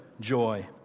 joy